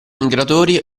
migratori